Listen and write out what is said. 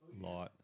lot